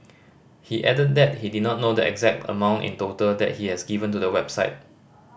he added that he did not know the exact amount in total that he has given to the website